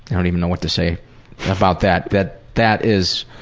don't even know what to say about that. that that is